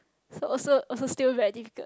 so so also still very difficult